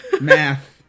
Math